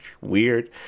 weird